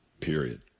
period